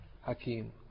Hakim